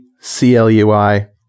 CLUI